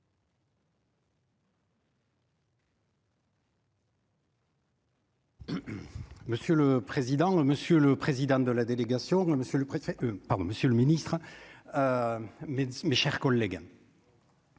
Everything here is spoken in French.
Monsieur le président, monsieur le président de la délégation, monsieur le préfet, pardon, Monsieur le Ministre, mais dis mes chers collègues.